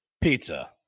Pizza